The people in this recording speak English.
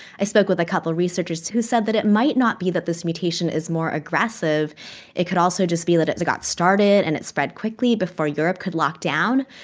i spoke with a couple of researchers who said that it might not be that this mutation is more aggressive it could also just be that it it got started and it spread quickly before europe could lock down.